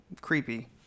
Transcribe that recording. creepy